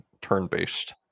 turn-based